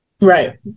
Right